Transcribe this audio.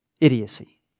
idiocy